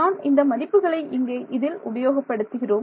நான் இந்த மதிப்புகளை இங்கே இதில் உபயோகப்படுத்துகிறோம்